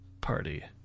party